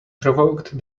provoked